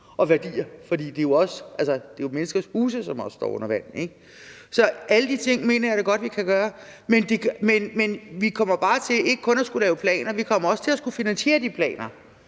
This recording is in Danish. og værdier, for det er jo menneskers huse, som også står under vand. Så alle de ting mener jeg da godt vi kan gøre, men vi kommer bare til ikke kun at skulle lave planer; vi kommer også til at skulle finansiere de planer